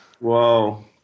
Whoa